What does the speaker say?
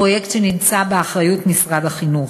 פרויקט באחריות משרד החינוך,